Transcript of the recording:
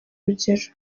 urugero